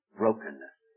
brokenness